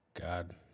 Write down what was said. god